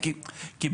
נו?